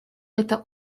это